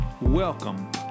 Welcome